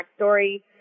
backstory